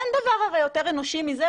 אין דבר הרי יותר אנושי מזה,